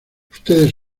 ustedes